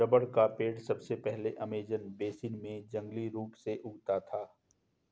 rubber का पेड़ सबसे पहले अमेज़न बेसिन में जंगली रूप से उगता था